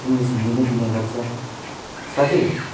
English हिन्दीमै दिने गर्छ साथै